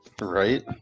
Right